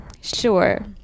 Sure